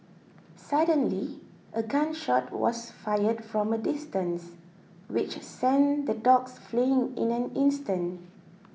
suddenly a gun shot was fired from a distance which sent the dogs fleeing in an instant